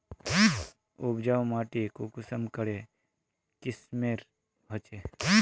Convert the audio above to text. उपजाऊ माटी कुंसम करे किस्मेर होचए?